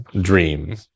dream